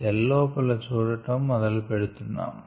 cell లోపల చూడటం మొదలు పెడుతున్నాం